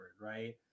right